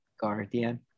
Guardian